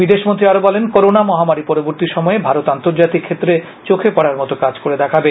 বিদেশমন্ত্রী আরও বলেন করোনা মহামারি পরবর্তী সময়ে ভারত আন্তর্জাতিক ক্ষেত্রে চোখে পড়ার মতো কাজ করে দেখাবে